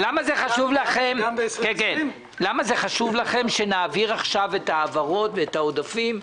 למה חשוב לכם שנעביר עכשיו את ההעברות ואת העודפים?